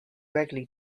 regularly